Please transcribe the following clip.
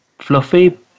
fluffy